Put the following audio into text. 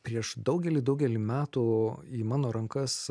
prieš daugelį daugelį metų į mano rankas